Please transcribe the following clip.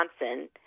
Johnson